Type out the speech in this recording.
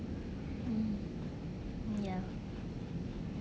mm ya